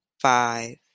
five